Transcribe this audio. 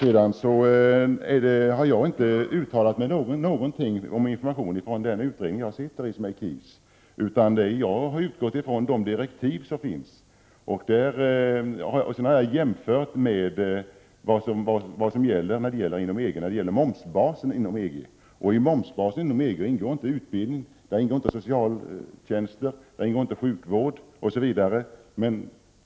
Jag har vidare inte uttalat någonting om informationen från den utredning som jag sitter i, utan jag har utgått från de direktiv som finns. Jag har gjort en jämförelse med den momsbas som gäller inom EG. I EG:s momsbas ingår inte utbildning, socialtjänst, sjukvård osv.